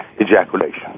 ejaculation